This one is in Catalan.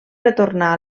retornar